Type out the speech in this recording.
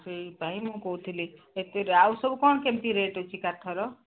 ସେଇପାଇଁ ମୁଁ କହୁଥିଲି ଏ ଆଉ ସବୁ କ'ଣ କେମିତି ରେଟ୍ ଅଛି କାଠର